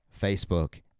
Facebook